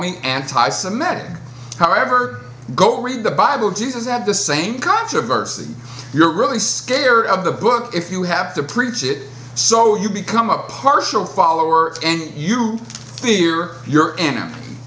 me anti semitic however go read the bible jesus have the same controversy you're really scared of the book if you have to preach it so you become a partial follower and you fear your